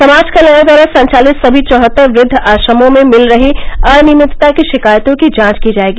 समाज कल्याण द्वारा संचालित सभी चौहत्तर वृद्व आश्रमों में भिल रही अनियमितता की शिकायतों की जांच की जायेगी